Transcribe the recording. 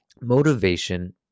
motivation